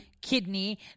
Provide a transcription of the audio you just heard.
kidney